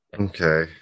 Okay